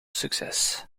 succes